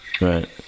right